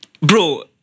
Bro